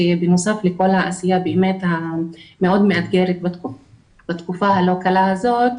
שבנוסף לכל העשייה המאוד מאתגרת בתקופה הלא קלה הזאת,